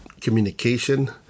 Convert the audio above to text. communication